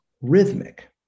rhythmic